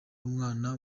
umwana